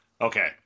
Okay